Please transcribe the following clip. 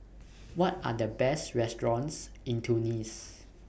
What Are The Best restaurants in Tunis